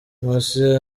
nkusi